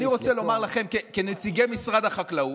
אני רוצה לומר לכם, כנציגי משרד החקלאות,